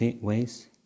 ways